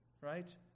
right